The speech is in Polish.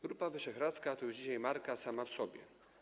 Grupa Wyszehradzka to już dzisiaj marka sama w sobie.